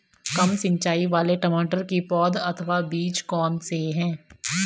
कम सिंचाई वाले टमाटर की पौध अथवा बीज कौन से हैं?